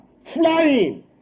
flying